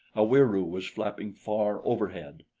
a wieroo was flapping far overhead.